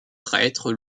prêtre